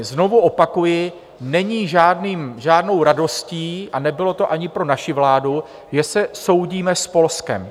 Znovu opakuji, není žádnou radostí, a nebylo to ani pro naši vládu, že se soudíme s Polskem.